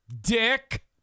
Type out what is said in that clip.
dick